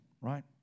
right